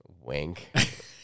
Wink